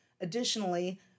Additionally